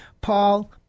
Paul